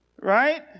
Right